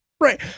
Right